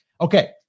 Okay